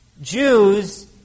Jews